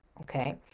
okay